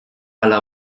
ala